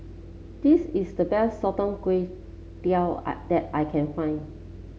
this is the best Sotong Char Kway that I can find